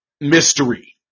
mystery